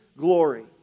glory